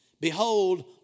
Behold